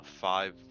five